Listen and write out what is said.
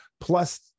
plus